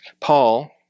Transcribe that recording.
paul